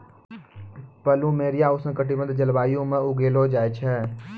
plumeria उष्ण कटिबंधीय जलवायु म उगैलो जाय छै